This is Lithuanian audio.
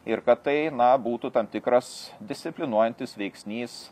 ir kad tai na būtų tam tikras disciplinuojantis veiksnys